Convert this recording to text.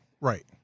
right